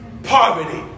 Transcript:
poverty